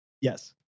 Yes